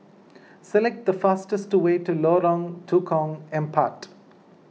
select the fastest way to Lorong Tukang Empat